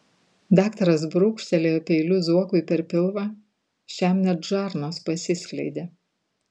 daktaras brūkštelėjo peiliu zuokui per pilvą šiam net žarnos pasiskleidė